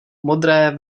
modré